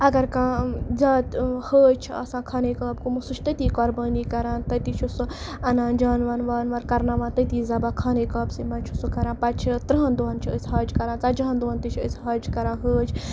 اگر کانٛہہ زیادٕ حٲج چھِ آسان خانہ کعب گوٚمُت سُہ چھِ تٔتی قۄربانی کَران تٔتی چھِ سُہ اَنان جانوَر وانوَر کَرناوان تٔتی ذبح خانہ کعبسٕے منٛز چھِ سُہ کَران پَتہٕ چھِ تٕرٛہَن دۄہَن چھِ أسۍ حج کَران ژتجی ہَن تہِ چھِ أسۍ حج کَران حٲج